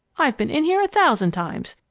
i've been in here a thousand times.